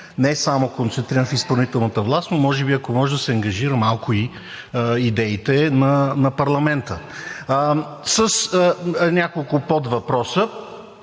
Не само концентриран в изпълнителната власт, но може би, ако може, да се ангажират малко и идеите на парламента. Няколко подвъпроса.